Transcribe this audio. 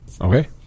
Okay